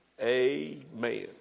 amen